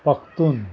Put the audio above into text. Pakhtun